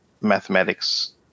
mathematics